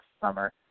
summer